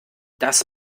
das